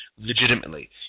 legitimately